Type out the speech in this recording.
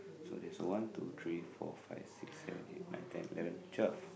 so there's a one two three four five six seven eight nine ten eleven twelve